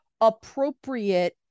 appropriate